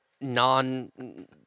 non